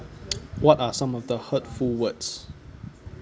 what are some of the hurtful words